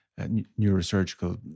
neurosurgical